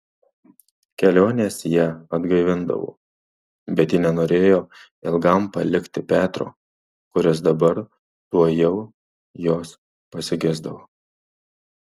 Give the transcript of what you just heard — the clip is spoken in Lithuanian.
kelionės ją atgaivindavo bet ji nenorėjo ilgam palikti petro kuris dabar tuojau jos pasigesdavo